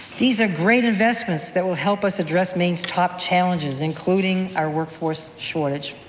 these are great investments that will help us address maine's top challenges, including our workforce shortage.